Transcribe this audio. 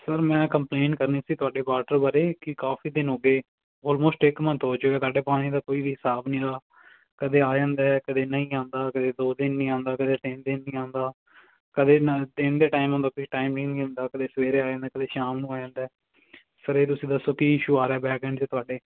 sir ਮੈਂ complaint ਕਰਨੀ ਸੀ ਤੁਹਾਡੇ ਵਾਟਰ ਬਾਰੇ ਕਿ ਕਾਫੀ ਦਿਨ ਹੋ ਗਏ ਆਲਮੋਸਟ ਇੱਕ ਮੰਨਥ ਹੋ ਜਾਏਗਾ ਸਾਡੇ ਪਾਣੀ ਦਾ ਕੋਈ ਵੀ ਸਾਫ ਨਹੀਂ ਹੋਇਆ ਕਦੇ ਆ ਜਾਂਦਾ ਕਦੇ ਨਹੀਂ ਆਉਂਦਾ ਕਦੇ ਦੋ ਦਿਨ ਨਹੀਂ ਆਉਂਦਾ ਕਦੇ ਤਿੰਨ ਦਿਨ ਨਹੀਂ ਆਉਂਦਾ ਕਦੇ ਨਾ ਦਿਨ ਦੇ ਟਾਈਮ ਹੁੰਦਾ ਸੀ ਟਾਈਮ ਵੀ ਨਹੀਂ ਹੁੰਦਾ ਕਦੇ ਸਵੇਰੇ ਵਾਲੇ ਨੇ ਕਦੇ ਸ਼ਾਮ ਨੂੰ ਆ ਜਾਂਦਾ ਸਰ ਇਹ ਤੁਸੀਂ ਦੱਸੋ ਕੀ ਇਸ਼ੂ ਆ ਰਿਹਾ ਬੈਕ ਐਂਡ 'ਤੇ ਤੁਹਾਡੇ